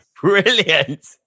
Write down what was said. brilliant